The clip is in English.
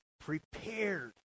prepared